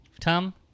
Tom